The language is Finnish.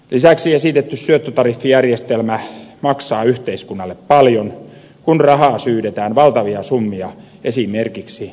lisäksi esitetty syöttötariffijärjestelmä maksaa yhteiskunnalle paljon kun rahaa syydetään valtavia summia esimerkiksi tuulivoiman tukemiseen